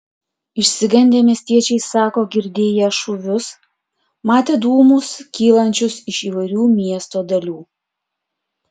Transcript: išsigandę miestiečiai sako girdėję šūvius matę dūmus kylančius iš įvairių miesto dalių